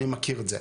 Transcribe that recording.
אני מכיר את זה.